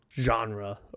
genre